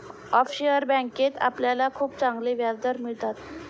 offshore बँकेत आपल्याला खूप चांगले व्याजदर मिळतात